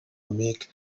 amic